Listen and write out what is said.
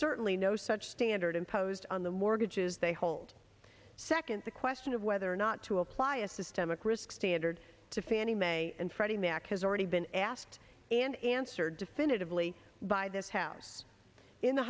certainly no such standard imposed on the mortgages they hold second the question of whether or not to apply a systemic risk standard to fannie mae and freddie mac has already been asked and answered definitively by this house in the